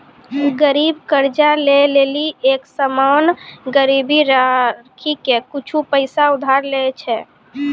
गरीब कर्जा ले लेली एक सामान गिरबी राखी के कुछु पैसा उधार लै छै